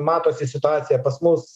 matosi situacija pas mus